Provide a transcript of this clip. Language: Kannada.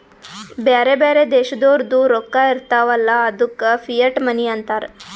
ಬ್ಯಾರೆ ಬ್ಯಾರೆ ದೇಶದೋರ್ದು ರೊಕ್ಕಾ ಇರ್ತಾವ್ ಅಲ್ಲ ಅದ್ದುಕ ಫಿಯಟ್ ಮನಿ ಅಂತಾರ್